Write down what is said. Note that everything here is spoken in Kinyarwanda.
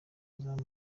azaba